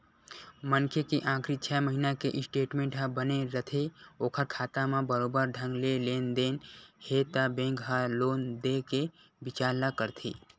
मनखे के आखरी छै महिना के स्टेटमेंट ह बने रथे ओखर खाता म बरोबर ढंग ले लेन देन हे त बेंक ह लोन देय के बिचार ल करथे